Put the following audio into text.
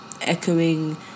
echoing